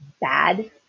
bad